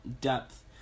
depth